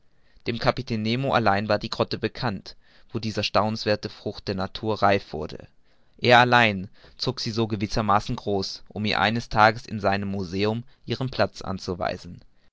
dem kapitän nemo allein war die grotte bekannt wo diese staunenswerthe frucht der natur reif wurde er allein zog sie so gewissermaßen groß um ihr eines tages in seinem museum ihren platz anzuweisen